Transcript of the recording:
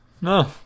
No